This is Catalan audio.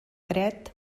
dret